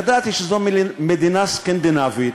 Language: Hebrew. ידעתי שזו מדינה סקנדינבית.